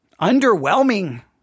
underwhelming